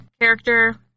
character